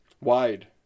wide